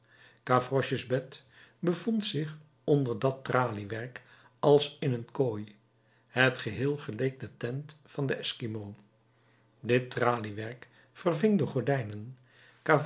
gavroches bed bevond zich onder dat traliewerk als in een kooi het geheel geleek de tent van den eskimo dit traliewerk verving de gordijnen